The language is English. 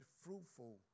fruitful